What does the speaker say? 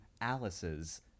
Alice's